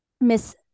miss